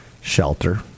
shelter